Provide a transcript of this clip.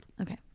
Okay